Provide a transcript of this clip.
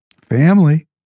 Family